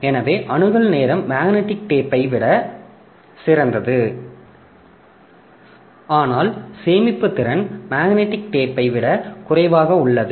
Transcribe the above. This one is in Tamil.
எனவே அணுகல் நேரம் மேக்னெட்டிக் டேப்பை விட சிறந்தது ஆனால் சேமிப்பு திறன் மேக்னெட்டிக் டேப்பை விட குறைவாக உள்ளது